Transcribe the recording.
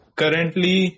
currently